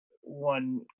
one